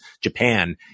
Japan